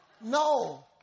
No